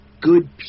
good